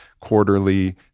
quarterly